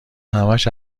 همش